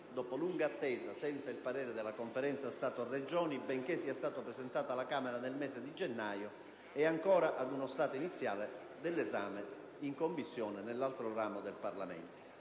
dopo lunga attesa, senza il parere della Conferenza Stato-Regioni, benché sia stato presentato alla Camera nel mese di gennaio, è ancora ad uno stato iniziale dell'esame in Commissione nell'altro ramo del Parlamento.